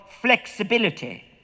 flexibility